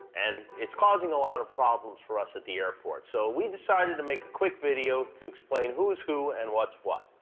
and it's causing a lot of problems for us at the airport. so we decided to make a quick video to explain who's who and what's what.